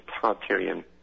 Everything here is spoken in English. totalitarian